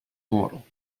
mortal